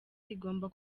rigomba